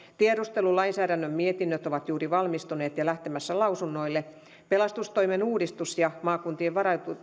tiedustelulainsäädännön mietinnöt ovat juuri valmistuneet ja lähtemässä lausunnoille pelastustoimen uudistus ja maakuntien